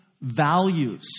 values